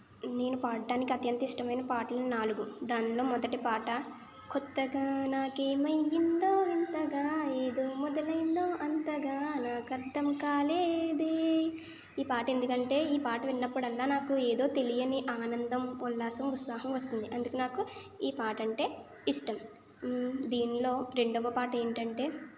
నేను పాడడానికి అత్యంత ఇష్టమైన పాటలు నాలుగు దానిలో మొదటి పాట కొత్తగా నాకేమయిందో వింతగా ఏదో మొదలైందో అంతగా నాకు అర్థం కాలేదే ఈ పాట ఎందుకంటే ఈ పాట విన్నప్పుడల్లా నాకు ఏదో తెలియని ఆనందం ఉల్లాసం ఉత్సాహం వస్తుంది అందుకు నాకు ఈ పాట అంటే ఇష్టం దీనిలో రెండవ పాట ఏమిటంటే